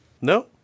No